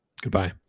Goodbye